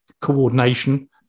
coordination